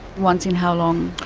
once in how long?